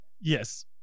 Yes